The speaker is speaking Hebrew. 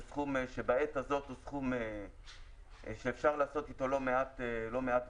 זה סכום שבעת הזאת הוא סכום שאפשר לעשות איתו לא מעט דברים.